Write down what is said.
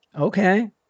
Okay